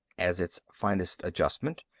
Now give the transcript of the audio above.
as its finest adjustment,